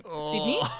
Sydney